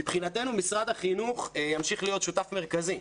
מבחינתנו, משרד החינוך ימשיך להיות שותף מרכזי.